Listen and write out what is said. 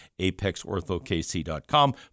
apexorthokc.com